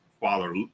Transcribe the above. father